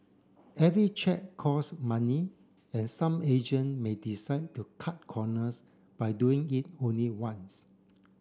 every check cost money and some agent may decide to cut corners by doing it only once